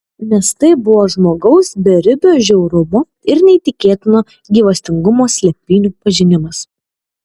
nes tai buvo žmogaus beribio žiaurumo ir neįtikėtino gyvastingumo slėpinių pažinimas